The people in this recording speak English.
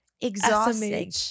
exhausting